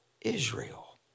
Israel